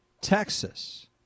Texas